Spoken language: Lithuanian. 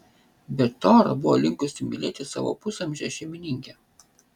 bet tora buvo linkusi mylėti savo pusamžę šeimininkę